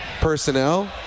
personnel